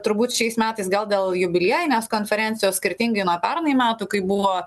turbūt šiais metais gal dėl jubiliejinės konferencijos skirtingai nuo pernai metų kai buvo